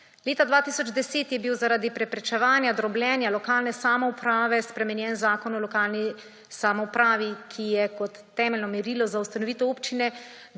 Leta 2010 je bil zaradi preprečevanja drobljenja lokalne samouprave spremenjen Zakon o lokalni samoupravi, ki je kot temeljno merilo za ustanovitev občine